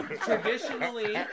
traditionally